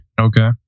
Okay